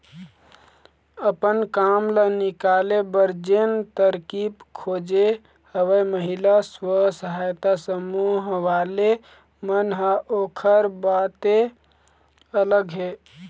अपन काम ल निकाले बर जेन तरकीब खोजे हवय महिला स्व सहायता समूह वाले मन ह ओखर बाते अलग हे